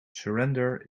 surrender